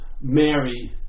Mary